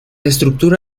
estructura